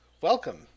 welcome